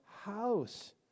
house